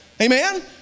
amen